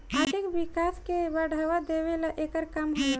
आर्थिक विकास के बढ़ावा देवेला एकर काम होला